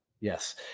Yes